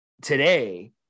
today